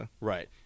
Right